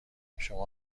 شما